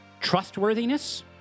trustworthiness